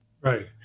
Right